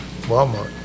Walmart